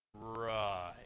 Right